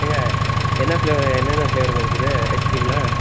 ஏங்க என்ன ஃப்ளேவர் என்னென்ன ஃப்ளேவருங்க இருக்குது ஐஸ்க்ரீமில்